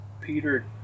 Peter